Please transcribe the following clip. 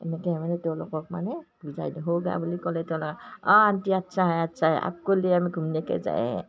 এনেকৈ মানে তেওঁলোকক মানে বুজাই দিওঁ হ'গা বুলি ক'লে তেওঁলোকক অঁ আটি আচ্ছা হে আচ্ছা হে আপক' লিয়ে আমি ঘুমনেকে যায়ে